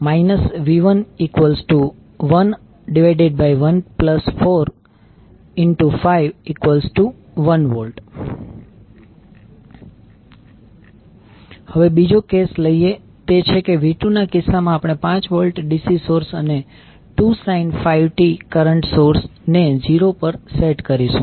તેથી v111 451V હવે બીજો કેસ લઈએ તે છે કે v2ના કિસ્સામાં આપણે 5 વોલ્ટ DC સોર્સ અને 2 sin 5t કરંટ સોર્સ ને 0 પર સેટ કરીશું